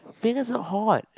Megan is not hot